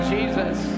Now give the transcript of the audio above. Jesus